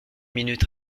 minute